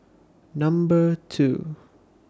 Number two